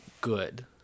good